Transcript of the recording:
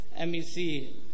MEC